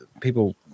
people